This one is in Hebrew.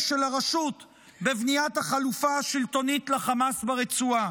של הרשות בבניית החלופה השלטונית לחמאס ברצועה,